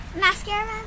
Mascara